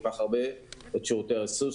את שירותי הריסוס,